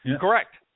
Correct